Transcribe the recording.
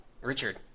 Richard